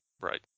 Right